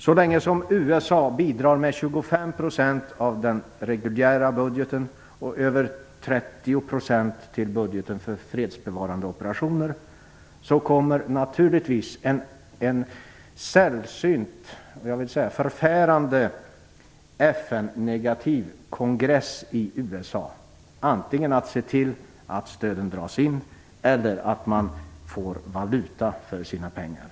Så länge USA bidrar med 25 % av den reguljära budgeten och över 30 % till budgeten för fredsbevarande operationer kommer naturligtvis en sällsynt och, jag vill säga, förfärande FN-negativ kongress i USA antingen att se till att stöden dras in eller att man får valuta för sina pengar.